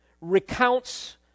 recounts